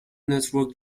network